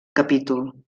capítol